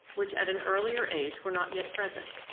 which at an earlier age were not yet present,